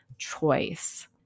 Choice